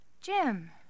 Jim